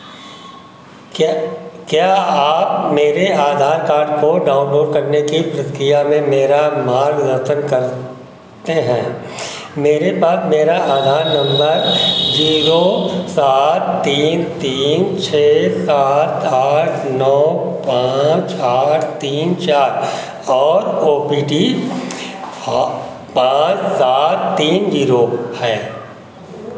क्या क्या आप मेरे आधार कार्ड को डाउनलोड करने की प्रक्रिया में मेरा मार्गदर्शन करते हैं मेरे पास मेरा आधार नंबर जीरो सात तीन तीन छः सात आठ नौ पाँच आठ तीन चार और ओ टी पी पाँच सात तीन जीरो हैं